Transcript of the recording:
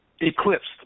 eclipsed